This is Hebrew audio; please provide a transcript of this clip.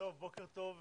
בוקר טוב,